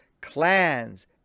clans